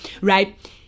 right